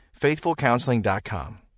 FaithfulCounseling.com